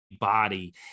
body